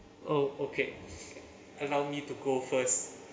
oh okay allow me to go first